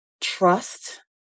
Trust